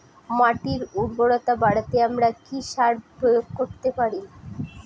মাটির উর্বরতা বাড়াতে আমরা কি সার প্রয়োগ করতে পারি?